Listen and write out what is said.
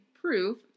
proof